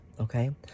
okay